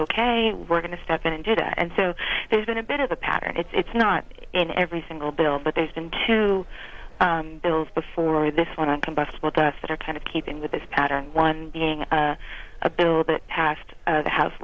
ok we're going to step in and do that and so there's been a bit of a pattern it's not in every single bill but there's been two bills before this one on combustible dust that are kind of keeping with this pattern one being a bill that passed the house